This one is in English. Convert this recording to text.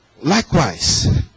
likewise